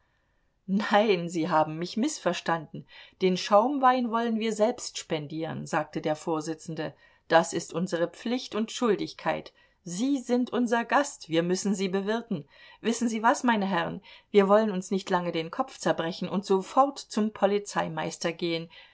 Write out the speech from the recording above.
nein sie haben mich mißverstanden den schaumwein wollen wir selbst spendieren sagte der vorsitzende das ist unsere pflicht und schuldigkeit sie sind unser gast wir müssen sie bewirten wissen sie was meine herren wir wollen uns nicht lange den kopf zerbrechen und sofort zum polizeimeister gehen